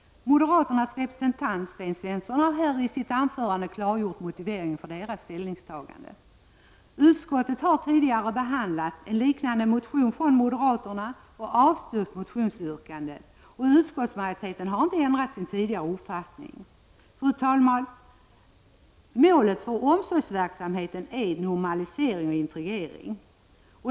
Moderaternas representant Sten Svensson har här i sitt anförande klargjort motiveringen till deras ställningstagande. Utskottet har tidigare behandlat en liknande motion från moderaterna och avstyrkt motionsyrkandet. Utskottsmajoriteten har inte ändrat sin tidigare uppfattning. Fru talman! Målet för omsorgsverksamheten är normalisering och integrering.